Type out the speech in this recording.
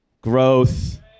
growth